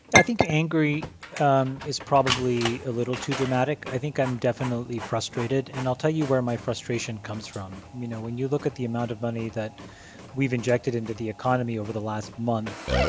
i think angry um is probably a little too dramatic. i think i'm definitely frustrated. and i'll tell you where my frustration comes from. you know, when you look at the amount of money that we've injected into the economy over the last month,